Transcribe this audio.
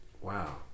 Wow